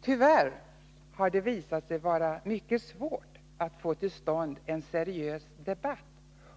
Tyvärr har det visat sig vara mycket svårt att få till stånd en seriös debatt